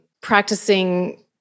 practicing